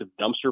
dumpster